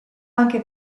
anche